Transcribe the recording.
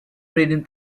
breeding